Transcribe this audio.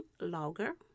Logger